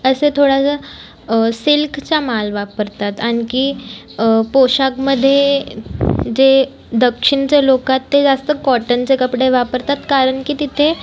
असे थोडासा सिल्कचा माल वापरतात आणखी पोशाखमध्ये जे दक्षिणचे लोक आहेत ते जास्त कॉटनचे कपडे वापरतात कारण की तिथे